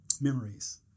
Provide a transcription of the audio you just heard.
memories